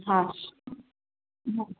हा हा